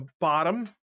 bottom